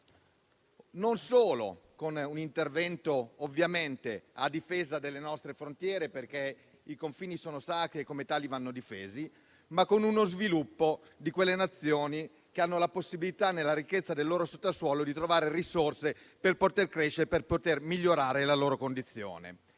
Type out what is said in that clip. non solo con un intervento, ovviamente, a difesa delle nostre frontiere, perché i confini sono sacri e come tali vanno difesi, ma con uno sviluppo di quelle Nazioni che hanno la possibilità, nella ricchezza del loro sottosuolo, di trovare risorse per poter crescere e migliorare la loro condizione.